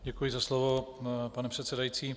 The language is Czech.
Děkuji za slovo, pane předsedající.